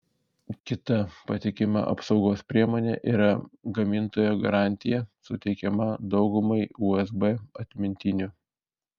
kita patikima apsaugos priemonė yra gamintojo garantija suteikiama daugumai usb atmintinių